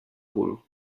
cul